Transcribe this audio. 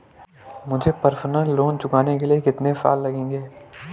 मुझे personal loan चुकाने के लिए कितने साल मिलेंगे?